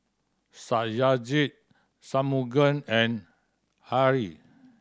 Satyajit Shunmugam and Hri